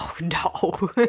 no